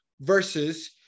versus